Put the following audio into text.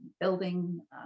building